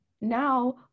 now